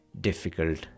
difficult